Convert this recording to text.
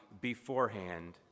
beforehand